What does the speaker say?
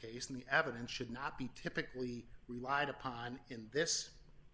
case in the evidence should not be typically relied upon in this